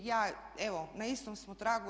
I ja evo, na istom smo tragu.